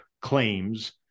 claims